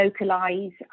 localise